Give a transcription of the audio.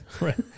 Right